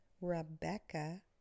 Rebecca